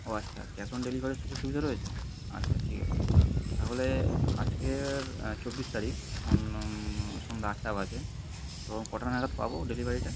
ও আচ্ছা cash on ডেলিভারির সুযোগ সুবিধা রয়েছে আচ্ছা ঠিক আছে তাহলে আজকের চব্বিশ তারিখ এখন সন্ধ্যা আটটা বাজে তো কটা নাগাদ পাবো ডেলিভারিটা